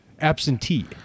absentee